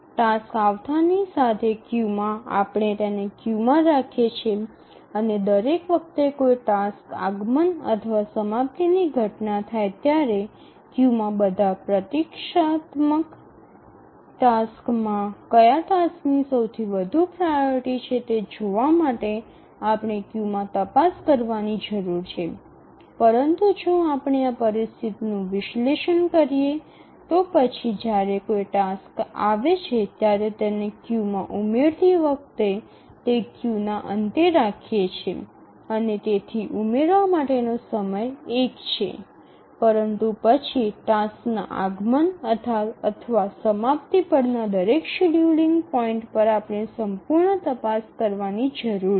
tasks આવતાની સાથે ક્યૂમાં આપણે તેને ક્યૂમાં રાખીએ છીએ અને દરેક વખતે કોઈ ટાસ્ક આગમન અથવા સમાપ્તિની ઘટના થાય ત્યારે ક્યૂમાં બધા પ્રતીક્ષાત્મક ટાસક્સમાં કયા ટાસ્કની સૌથી વધુ પ્રાઓરિટી છે તે જોવા માટે આપણે ક્યૂમાં તપાસ કરવાની જરૂર છે પરંતુ જો આપણે આ પરિસ્થિતિનું વિશ્લેષણ કરીએ તો પછી જ્યારે કોઈ ટાસ્ક આવે છે ત્યારે તેને ક્યૂમાં ઉમેરતી વખતે તે ક્યૂના અંતે રાખીએ છીએ અને તેથી ઉમેરવા માટેનો સમય ૧ છે પરંતુ પછી ટાસ્કના આગમન અથવા સમાપ્તિ પરના દરેક શેડ્યૂલિંગ પોઇન્ટ પર આપણે સંપૂર્ણ તપાસ કરવાની જરૂર છે